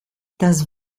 das